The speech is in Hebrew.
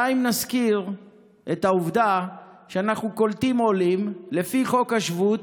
די אם נזכיר את העובדה שאנחנו קולטים עולים לפי חוק השבות,